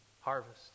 harvest